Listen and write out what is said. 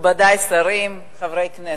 מכובדי השרים, חברי הכנסת,